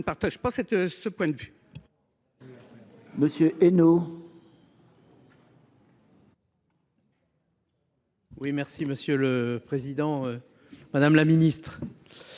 partage pas ce point de vue.